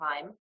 time